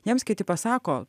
jiems kiti pasako